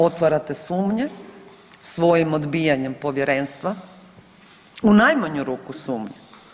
Otvarate sumnje svojim odbijanjem Povjerenstva u najmanju ruku sumnje.